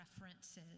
preferences